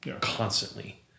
constantly